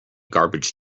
garbage